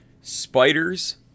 Spiders